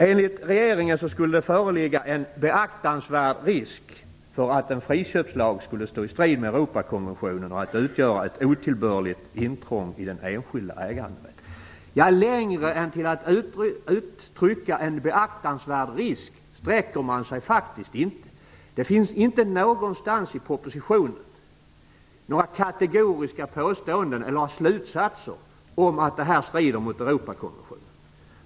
Enligt regeringen skulle det föreligga en beaktansvärd risk för att en friköpslag skulle stå i strid med Europakonventionen och utgöra ett otillbörligt intrång i den enskilda äganderätten. Längre än till att uttrycka en beaktansvärd risk sträcker man sig faktiskt inte. Det finns inte någonstans i propositionen några kategoriska påståenden eller några slutsatser om att detta strider mot Europakonventionen.